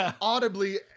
Audibly